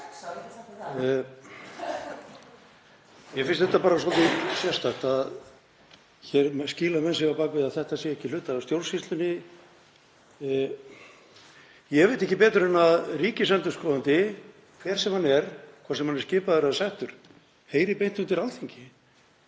Mér finnst bara svolítið sérstakt að hér skýla menn sér á bak við að þetta sé ekki hluti af stjórnsýslunni. Ég veit ekki betur en að ríkisendurskoðandi, hver sem hann er, hvort sem hann er skipaður eða settur, heyri beint undir Alþingi